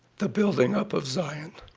the building up of zion